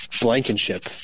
Blankenship